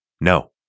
No